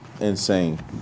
Insane